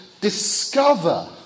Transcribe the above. discover